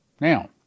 Now